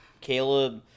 Caleb